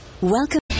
Welcome